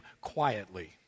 quietly